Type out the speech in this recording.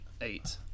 Eight